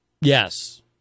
Yes